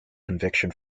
conviction